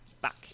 back